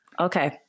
Okay